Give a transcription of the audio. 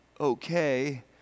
okay